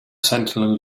sentinel